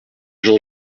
jean